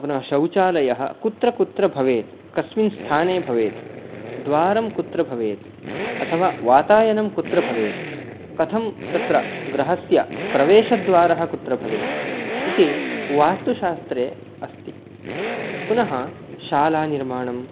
पुनः शौचालयः कुत्र कुत्र भवेत् कस्मिन् स्थाने भवेत् द्वारं कुत्र भवेत् अथवा वातायनं कुत्र भवेत् कथं तत्र गृहस्य प्रवेशद्वारः कुत्र भवेत् इति वास्तुशास्त्रे अस्ति पुनः शालानिर्माणं